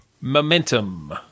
Momentum